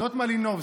זאת מלינובסקי.